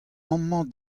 amañ